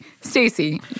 Stacey